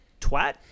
twat